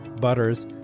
butters